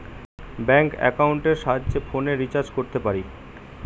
bank একাউন্টের সাহায্যে ফোনের রিচার্জ করতে পারি